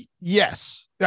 yes